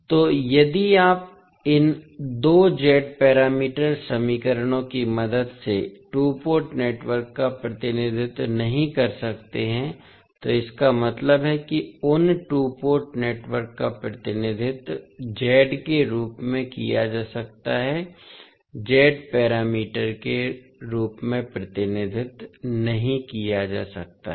तो यदि आप इन दो Z पैरामीटर समीकरणों की मदद से टू पोर्ट नेटवर्क का प्रतिनिधित्व नहीं कर सकते हैं तो इसका मतलब है कि उन टू पोर्ट नेटवर्क का प्रतिनिधित्व Z के रूप में किया जा सकता है Z पैरामीटर के रूप में प्रतिनिधित्व नहीं किया जा सकता है